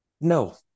No